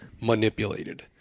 manipulated